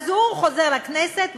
ואז הוא חוזר לכנסת,